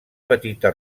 petita